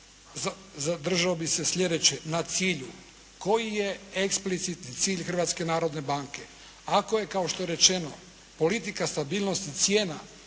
zadržao bih se slijedeće na cilju. Koji je eksplicitni cilj Hrvatske narodne banke. Ako je kao što je rečeno politika stabilnosti cijena